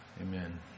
Amen